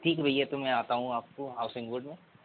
ठीक भैया तो मैं आता हूँ आपको हाउसिंग बोर्ड में